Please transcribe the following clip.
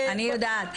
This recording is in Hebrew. אני יודעת,